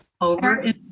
over